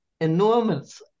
enormous